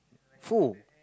who